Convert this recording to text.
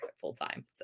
full-time